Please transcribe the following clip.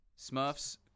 Smurfs